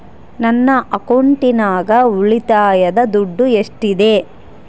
ನನ್ನ ಅಕೌಂಟಿನಾಗ ಉಳಿತಾಯದ ದುಡ್ಡು ಎಷ್ಟಿದೆ?